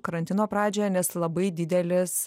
karantino pradžioje nes labai didelis